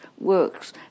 works